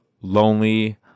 lonely